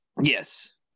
Yes